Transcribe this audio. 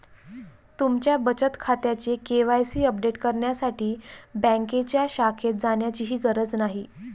तुमच्या बचत खात्याचे के.वाय.सी अपडेट करण्यासाठी बँकेच्या शाखेत जाण्याचीही गरज नाही